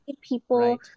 people